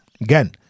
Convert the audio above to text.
Again